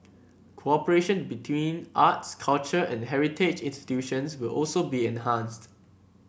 cooperation between arts culture and heritage institutions will also be enhanced